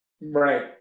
right